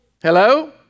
hello